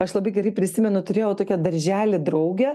aš labai gerai prisimenu turėjau tokią daržely draugę